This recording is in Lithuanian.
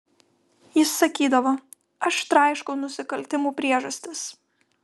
jis sakydavo aš traiškau nusikaltimų priežastis